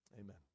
Amen